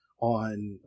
on